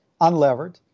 unlevered